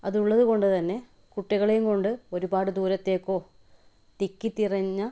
അത് ഉള്ളത് കൊണ്ട് തന്നെ കുട്ടികളെയും കൊണ്ട് ഒരുപാട് ദൂരത്തേക്കോ തിക്കി തിരഞ്ഞ